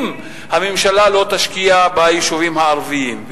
אם הממשלה לא תשקיע ביישובים הערביים,